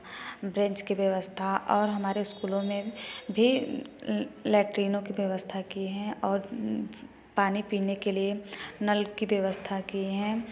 bench व्यवस्था और हमारे स्कूलो में भी लैटरिनो की वियवस्था की है और पानी पीने के लिए नल की व्यवस्था की हैं